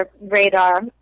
radar